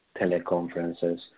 teleconferences